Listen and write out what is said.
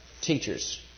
teachers